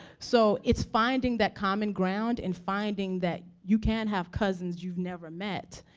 so, it's finding that common ground, and finding that you can have cousins you've never met.